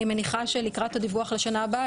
אני מניחה שלקראת הדיווח לשנה הבאה,